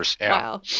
Wow